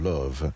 Love